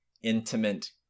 intimate